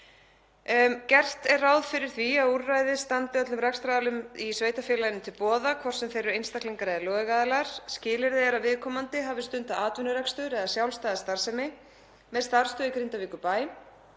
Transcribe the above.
Gert er ráð fyrir því að úrræðið standi öllum rekstraraðilum í sveitarfélaginu til boða, hvort sem þeir eru einstaklingar eða lögaðilar. Skilyrði er að viðkomandi hafi stundað atvinnurekstur eða sjálfstæða starfsemi, með starfsstöð í Grindavíkurbæ,